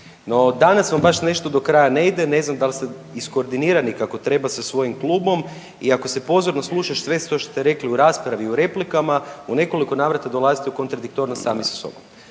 No, danas vam baš nešto do kraja ne ide, ne znam jeste li iskoordinirani kako treba sa svojim klubom i ako se pozorno sluša sve što ste rekli u raspravi i u replikama, u nekoliko navrata dolazite u kontradiktornost sami sa sobom.